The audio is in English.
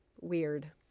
weird